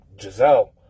Giselle